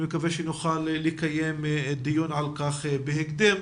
אני מקווה שנוכל לקיים דיון על כך בהקדם.